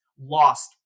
lost